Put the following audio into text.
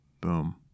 Boom